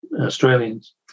Australians